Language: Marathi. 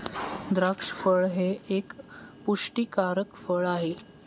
द्राक्ष फळ हे एक पुष्टीकारक फळ आहे